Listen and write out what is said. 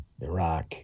iraq